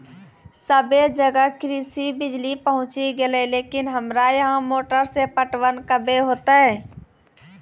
सबे जगह कृषि बिज़ली पहुंची गेलै लेकिन हमरा यहाँ मोटर से पटवन कबे होतय?